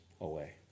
away